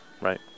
right